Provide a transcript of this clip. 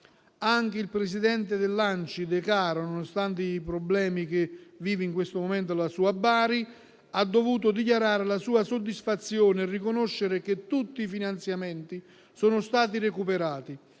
Anche il presidente dell'ANCI Decaro, nonostante i problemi che la sua Bari vive in questo momento, ha dovuto dichiarare la sua soddisfazione e riconoscere che tutti i finanziamenti sono stati recuperati